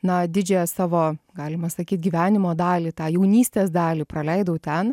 na didžiąją savo galima sakyt gyvenimo dalį tą jaunystės dalį praleidau ten